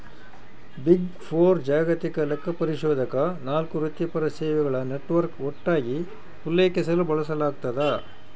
big four ಜಾಗತಿಕ ಲೆಕ್ಕಪರಿಶೋಧಕ ನಾಲ್ಕು ವೃತ್ತಿಪರ ಸೇವೆಗಳ ನೆಟ್ವರ್ಕ್ ಒಟ್ಟಾಗಿ ಉಲ್ಲೇಖಿಸಲು ಬಳಸಲಾಗ್ತದ